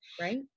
right